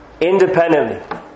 independently